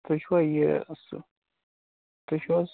تُہۍ چھِوا یہِ تُہۍ چھِو حظ